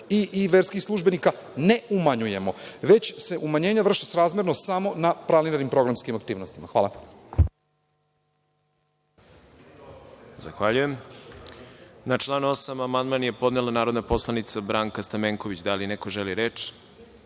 i verskih službenika ne umanjujemo, već se umanjenje vrši srazmerno samo na planiranim programskim aktivnostima. Hvala. **Đorđe Milićević** Zahvaljujem. Na član 8. amandman je podnela narodna poslanica Branka Stamenković. Da li neko želi reč?